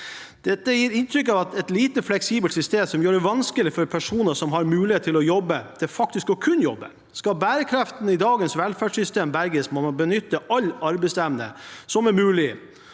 Dette gir inntrykk av et lite fleksibelt system som gjør det vanskelig for personer som har mulighet til å jobbe, til faktisk å kunne jobbe. Skal bærekraften i dagens velferdssystem berges, må man benytte all arbeidsevne som er mulig,